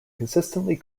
consistently